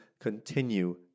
continue